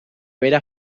bera